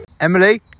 Emily